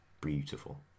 beautiful